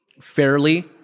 fairly